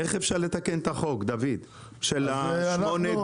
איך אפשר לתקן את החוק, את 8(ד)?